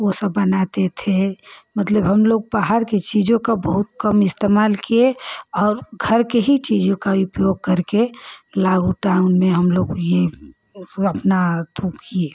वह सब बनाते थे मतलब हमलोग बाहर की चीज़ों का बहुत कम इस्तेमाल किए और घर की ही चीज़ों का उपयोग करके लॉकडाउन में हमलोग यह अपना किए